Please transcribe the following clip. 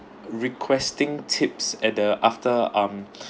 requesting tips at the after um